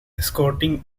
escorting